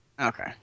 Okay